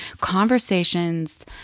conversations